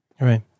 Right